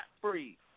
free